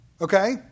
Okay